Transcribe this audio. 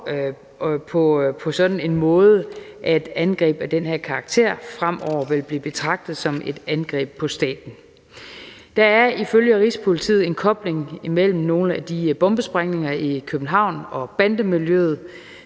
brugerne, ved at angreb af den her karakter fremover vil blive betragtet som et angreb på staten. Der er ifølge Rigspolitiet en kobling mellem nogle af de bombesprængninger i København og bandemiljøet.